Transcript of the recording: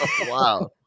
Wow